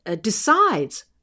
decides